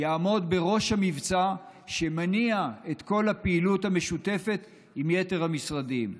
יעמוד בראש המבצע שמניע את כל הפעילות המשותפת עם יתר המשרדים,